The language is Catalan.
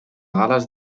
gal·les